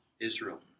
Israel